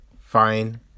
fine